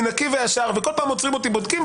וכל פעם עוצרים ובודקים,